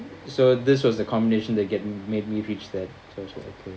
so this was the combination that get me made me reach that so just okay